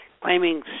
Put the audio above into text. claiming